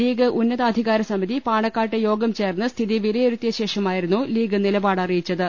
league ഉന്നാതാധികാര സമിതി പാണക്കാട്ട് യോഗം ചേർന്ന് സ്ഥിതി വില യിരുത്തിയശേഷമായിരുന്നു ലീഗ് നിലപാടറിയിച്ചത്